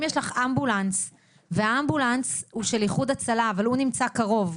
אם יש לך אמבולנס והאמבולנס הוא של איחוד הצלה אבל הוא נמצא קרוב,